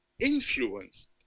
influenced